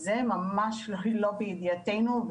זה ממש לא בידיעתנו.